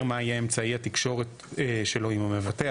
מה יהיה אמצעי התקשורת שלו עם המבטח,